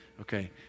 okay